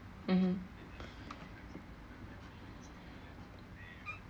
mmhmm